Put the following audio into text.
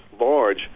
large